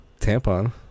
Tampon